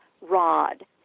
rod